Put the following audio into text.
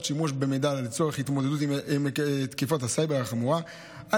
שימוש במידע לצורך התמודדות עם תקיפת הסייבר החמורה על